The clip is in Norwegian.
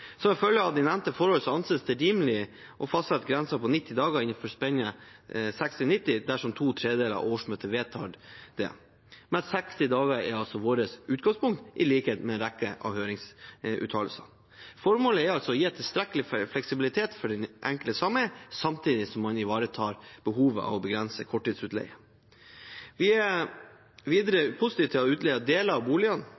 Som følge av de nevnte forhold antas det rimelig å fastsette grense på 90 dager innenfor spennet fra 60 til 90 dersom to tredjedeler av årsmøtet vedtar det. Men 60 dager er vårt utgangspunkt, i likhet med en rekke av høringsuttalelsene. Formålet er å gi en tilstrekkelig fleksibilitet for det enkelte sameie samtidig som man ivaretar behovet for å begrense korttidsutleie. Vi er